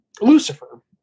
Lucifer